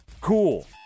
cool